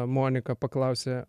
monika paklausė